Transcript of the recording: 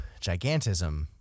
gigantism